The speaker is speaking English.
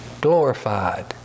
glorified